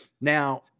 Now